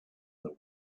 their